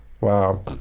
wow